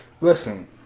Listen